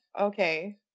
okay